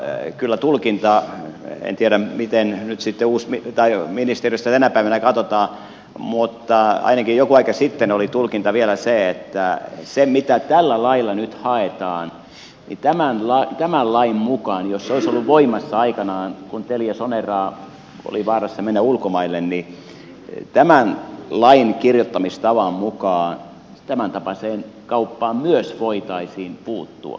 mutta kyllä tulkinta en tiedä miten nyt ministeriössä tänä päivänä katsotaan ainakin joku aika sitten oli vielä siitä mitä tällä lailla nyt haetaan se että tämän lain mukaan jos se olisi ollut voimassa aikanaan kun teliasonera oli vaarassa mennä ulkomaille tämän lain kirjoittamistavan mukaan tämäntapaiseen kauppaan myös voitaisiin puuttua